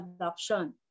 adoption